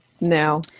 No